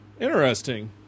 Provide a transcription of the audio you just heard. Interesting